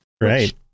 Right